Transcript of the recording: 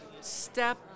step